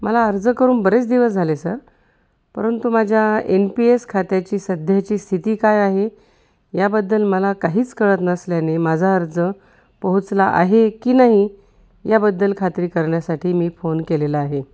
मला अर्ज करून बरेच दिवस झाले सर परंतु माझ्या एन पी एस खात्याची सध्याची स्थिती काय आहे याबद्दल मला काहीच कळत नसल्याने माझा अर्ज पोहोचला आहे की नाही याबद्दल खात्री करण्यासाठी मी फोन केलेला आहे